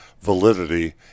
validity